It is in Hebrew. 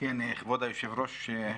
כבוד היושב-ראש,